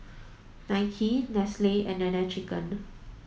Nike Nestlre and Nene Chicken